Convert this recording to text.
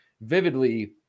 vividly